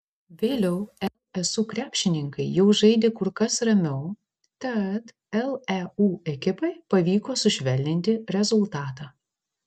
vėliau lsu krepšininkai jau žaidė kur kas ramiau tad leu ekipai pavyko sušvelninti rezultatą